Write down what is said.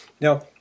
Now